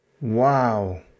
Wow